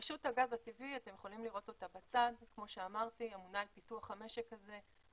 רשות הגז הטבעי אמונה על פיתוח המשק הזה,